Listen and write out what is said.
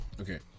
okay